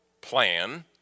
plan